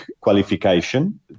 qualification